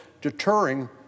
deterring